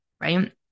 right